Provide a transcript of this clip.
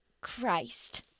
Christ